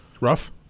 rough